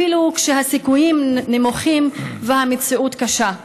אפילו כשהסיכויים נמוכים והמציאות קשה.